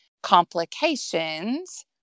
complications